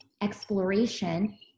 exploration